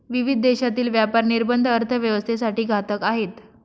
विविध देशांतील व्यापार निर्बंध अर्थव्यवस्थेसाठी घातक आहेत